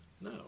No